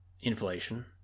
Inflation